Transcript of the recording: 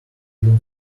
feel